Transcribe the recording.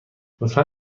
لطفا